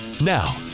Now